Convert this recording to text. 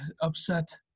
upset